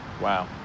Wow